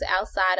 outside